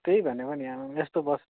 त्यही भनेको नि आम्मामामा यस्तो बस्